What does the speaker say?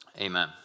Amen